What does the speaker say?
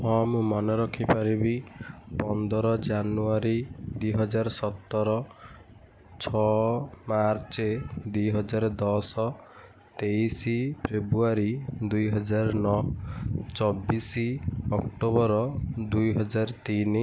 ହଁ ମୁଁ ମନେ ରଖିପାରିବି ପନ୍ଦର ଜାନୁଆରୀ ଦୁଇହଜାର ସତର ଛଅ ମାର୍ଚ୍ଚ ଦୁଇହଜାର ଦଶ ତେଇଶ ଫେବୃଆରୀ ଦୁଇହଜାର ନଅ ଚବିଶ ଅକ୍ଟୋବର ଦୁଇହଜାର ତିନି